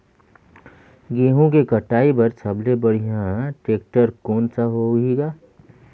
गहूं के कटाई पर सबले बढ़िया टेक्टर कोन सा होही ग?